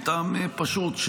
מהטעם הפשוט,